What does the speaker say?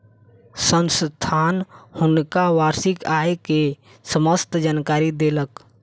संस्थान हुनका वार्षिक आय के समस्त जानकारी देलक